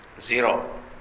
Zero